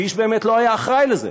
כי איש באמת לא היה אחראי לזה,